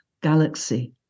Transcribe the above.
galaxy